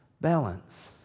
balance